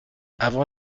avant